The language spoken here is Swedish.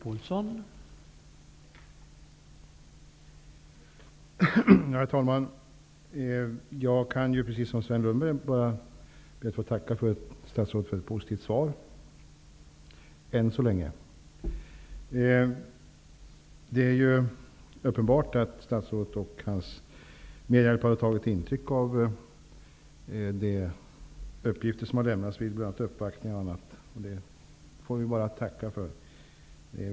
Herr talman! Jag kan, precis som Sven Lundberg, bara be att få tacka statsrådet för ett positivt svar -- än så länge. Det är ju uppenbart att statsrådet och hans medhjälpare har tagit intryck av de uppgifter som har lämnats, bl.a. vid uppvaktningar. Det får vi tacka för.